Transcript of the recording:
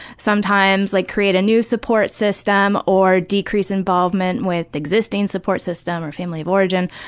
sometimes, like, create a new support system or decrease involvement with existing support system or family of origin,